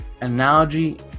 analogy